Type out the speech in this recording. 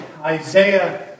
Isaiah